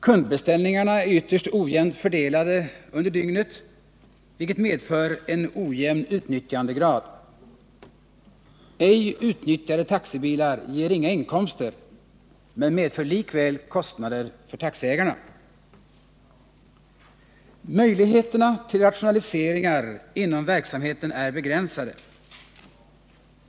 Kundbeställningarna är ytterst ojämnt fördelade under dygnet, vilket medför en ojämn utnyttjandegrad. Ej utnyttjade taxibilar ger inga inkomster men medför likväl kostnader för taxiägarna. Möjligheterna till rationaliseringar inom verksamheten är begränsade.